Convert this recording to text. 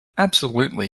absolutely